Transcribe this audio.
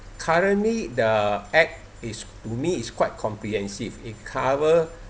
currently the act is to me is quite comprehensive it cover